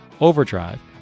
Overdrive